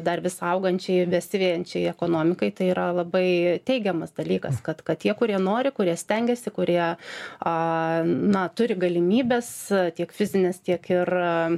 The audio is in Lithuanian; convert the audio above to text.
dar vis augančiai besivejančiai ekonomikai tai yra labai teigiamas dalykas kad kad tie kurie nori kurie stengiasi kurie a na turi galimybes tiek fizines tiek ir